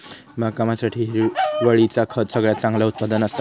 बागकामासाठी हिरवळीचा खत सगळ्यात चांगला उत्पादन असा